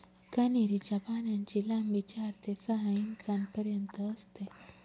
कन्हेरी च्या पानांची लांबी चार ते सहा इंचापर्यंत असते